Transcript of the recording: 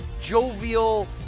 jovial